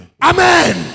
Amen